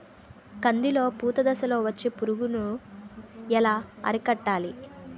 కందిలో పూత దశలో వచ్చే పురుగును ఎలా అరికట్టాలి?